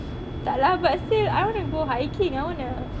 tak lah but still I wanna go hiking I wanna